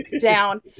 down